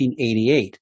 1988